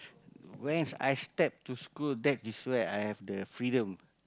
when I step to school that is where I have the freedom